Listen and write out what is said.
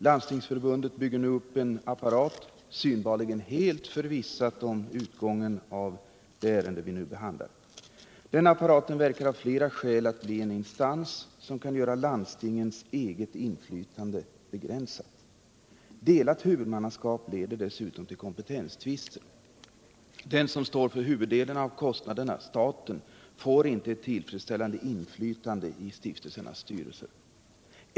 Landstingsförbundet bygger nu upp en apparat, synbarligen förvissat om utgången av det ärende vi här behandlar. Den apparaten verkar av flera skäl bli en instans som kan 39 göra landstingens eget inflytande begränsat. Delat huvudmannaskap leder dessutom till kompetenstvister. Den som står för huvuddelen av kostnaderna, staten, får inte ett tillfredsställande inflytande i stiftelsernas styrelser.